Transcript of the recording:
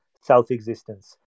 self-existence